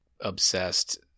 obsessed